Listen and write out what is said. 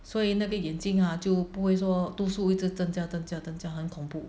所以那个眼镜啊就不会说度数会增加增加增加很恐怖